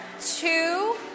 Two